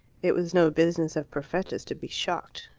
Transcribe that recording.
it was no business of perfetta's to be shocked,